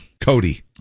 Cody